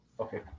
Okay